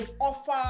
offer